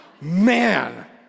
Man